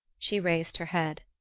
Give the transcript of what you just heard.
she raised her head.